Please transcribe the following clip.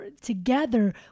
Together